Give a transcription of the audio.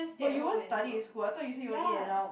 but you won't study in school I thought you say you want In and Out